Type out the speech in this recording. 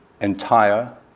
entire